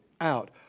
out